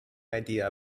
idea